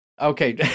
Okay